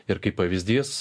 ir kaip pavyzdys